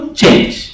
change